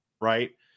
right